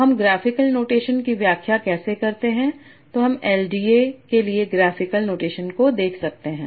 तो हम graphical notation की व्याख्या कैसे करते हैं तो हम एलडीए के लिए ग्राफिकल नोटेशन को देख सकते हैं